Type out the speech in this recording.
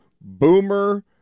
Boomer